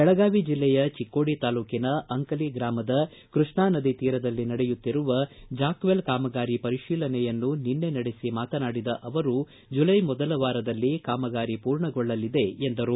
ಬೆಳಗಾವಿ ಜೆಲ್ಲೆಯ ಚಿಕ್ಕೋಡಿ ತಾಲೂಕಿನ ಅಂಕಲಿ ಗ್ರಾಮದ ಕೃಷ್ಣಾ ನದಿ ತೀರದಲ್ಲಿ ನಡೆಯುತ್ತಿರುವ ಜಾಕವೆಲ್ ಕಾಮಗಾರಿಯ ಪರಿತೀಲನೆಯನ್ನು ನಿನ್ನೆ ನಡೆಸಿ ಮಾತನಾಡಿದ ಅವರು ಜುಲೈ ಮೊದಲ ವಾರದಲ್ಲಿ ಕಾಮಗಾರಿ ಪೂರ್ಣಗೊಳ್ಳಲಿದೆ ಎಂದರು